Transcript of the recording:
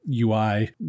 ui